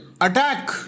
attack